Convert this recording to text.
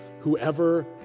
Whoever